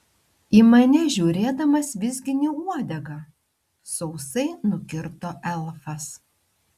į mane žiūrėdamas vizgini uodegą sausai nukirto elfas